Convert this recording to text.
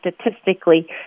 statistically